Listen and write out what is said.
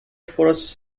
forests